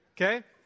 okay